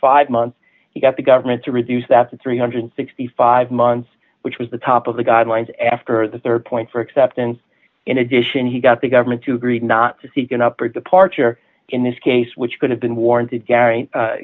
five months he got the government to reduce that to three hundred and sixty five months which was the top of the guidelines after the rd point for acceptance in addition he got the government to agree not to seek an up or departure in this case which could have been warranted gary